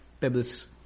pebbles